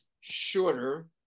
shorter